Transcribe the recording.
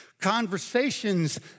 conversations